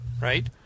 Right